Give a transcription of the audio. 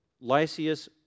Lysias